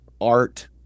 art